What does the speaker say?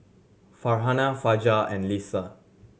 Farhanah Fajar and Lisa